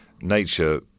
nature